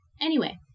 Anyway